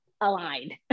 aligned